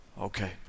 okay